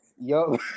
Yo